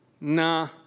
Nah